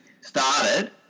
started